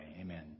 Amen